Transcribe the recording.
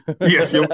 Yes